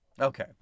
Okay